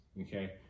Okay